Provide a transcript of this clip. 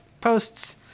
posts